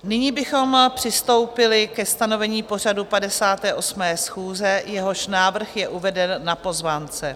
Nyní bychom přistoupili ke stanovení pořadu 58. schůze, jehož návrh je uveden na pozvánce.